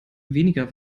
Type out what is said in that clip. weniger